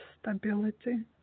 stability